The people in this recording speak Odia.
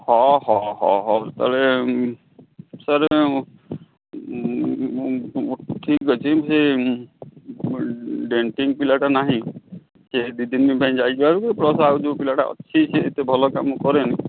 ତା'ହେଲେ ସାର୍ ଠିକ୍ ଅଛି ସେ ଡେଣ୍ଟିଂ ପିଲାଟା ନାହିଁ ସେ ଦୁଇ ଦିନ ପାଇଁ ଯାଇଛି ବାହାରକୁ ପ୍ଲସ୍ ଆଉ ଯେଉଁ ପିଲାଟା ଅଛି ସେ ଏତେ ଭଲ କାମ କରେନି